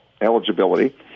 eligibility